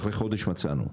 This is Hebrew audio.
אחרי חודש מצאנו.